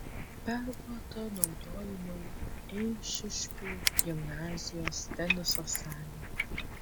perduota naudojimui eišiškių gimnazijos teniso salė